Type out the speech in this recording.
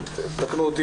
משב"ס,